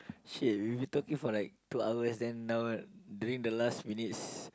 shit we've been talking for like two hours then now doing the last we need